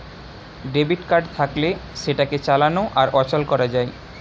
debit card থাকলে সেটাকে চালানো আর অচল করা যায়